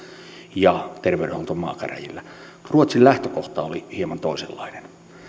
ja terveydenhuolto maakäräjillä ruotsin lähtökohta oli hieman toisenlainen